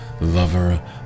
lover